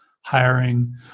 hiring